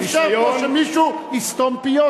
אי-אפשר שמישהו יסתום פיות,